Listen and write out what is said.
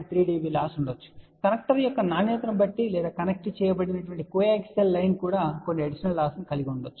3 dB loss ఉండవచ్చు connector యొక్క నాణ్యతను బట్టి లేదా కనెక్ట్ చేయబడిన కో యాక్సియల్ లైన్ కూడా కొన్ని అడిషనల్ లాస్ కలిగి ఉండవచ్చు